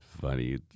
Funny